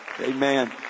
Amen